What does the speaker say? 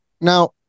now